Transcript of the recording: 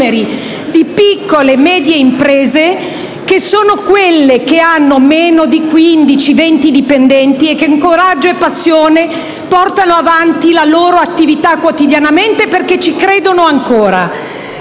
di piccole e medie imprese, quelle che hanno meno di 15-20 dipendenti e che, con coraggio e passione, portano avanti la loro attività quotidianamente perché ci credono ancora.